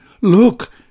Look